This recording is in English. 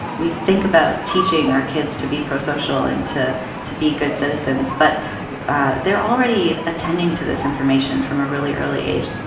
we think about teaching our kids to be prosocial and to to be good citizens, but they're already attending to this information from a really early age